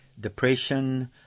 depression